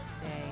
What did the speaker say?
today